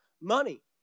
money